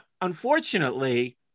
unfortunately